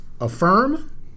Affirm